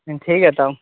ٹھیک ہے تب